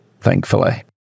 thankfully